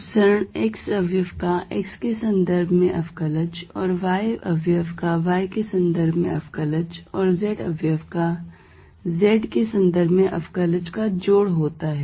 अपसरण x अवयव का x के सन्दर्भ में अवकलज और y अवयव का y के सन्दर्भ में अवकलज और z अवयव का z के सन्दर्भ में अवकलज का जोड़ होता है